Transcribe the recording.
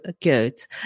good